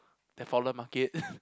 their fallen market